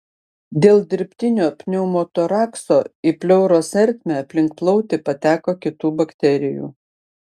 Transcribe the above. dėl dirbtinio pneumotorakso į pleuros ertmę aplink plautį pateko kitų bakterijų